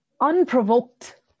unprovoked